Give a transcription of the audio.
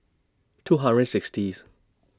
two hundred sixtieth